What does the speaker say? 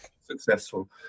successful